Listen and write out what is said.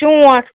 شونٹھ